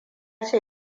ce